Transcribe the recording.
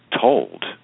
told